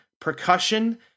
Percussion